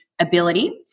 ability